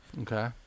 Okay